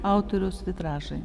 autoriaus vitražai